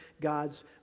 God's